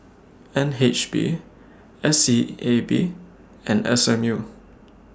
N H B S E A B and S M U